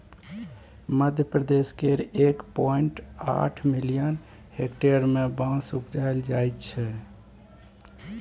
मध्यप्रदेश केर एक पॉइंट आठ मिलियन हेक्टेयर मे बाँस उपजाएल जाइ छै